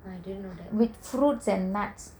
I didn't know that